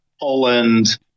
Poland